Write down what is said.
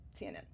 CNN